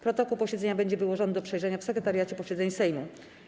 Protokół posiedzenia będzie wyłożony do przejrzenia w Sekretariacie Posiedzeń Sejmu.